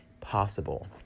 possible